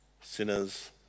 sinners